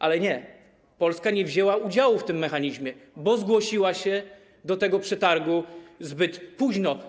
Ale Polska nie wzięła udziału w tym mechanizmie, bo zgłosiła się do tego przetargu zbyt późno.